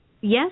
Yes